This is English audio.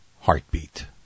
Heartbeat